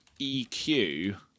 EQ